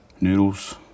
Noodles